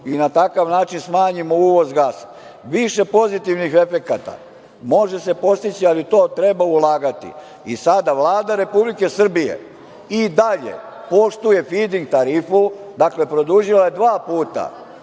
i na takav način smanjimo uvoz gasa. Više pozitivnih efekata može se postići, ali u to treba ulagati. Sada Vlada Republike Srbije i dalje poštuje fiding tarifu. Dakle, produžila je dva puta,